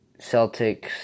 Celtics